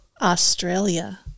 Australia